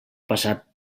passat